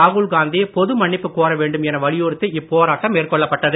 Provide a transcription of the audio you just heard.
ராகுல் காந்தி பொது மன்னிப்பு கோர வேண்டும் என வலியுறுத்தி இப்போராட்டம் மேற்கொள்ளப்பட்டது